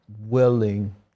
willing